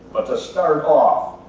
but to start off,